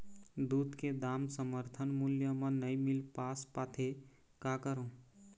दूध के दाम समर्थन मूल्य म नई मील पास पाथे, का करों?